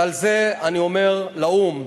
ועל זה אני אומר לאו"ם: